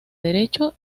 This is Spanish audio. derecho